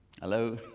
Hello